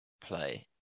play